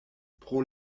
pro